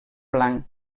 blanc